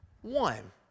One